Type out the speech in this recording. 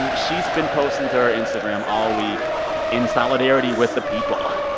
um she's been posting to her instagram all week in solidarity with the people.